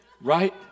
right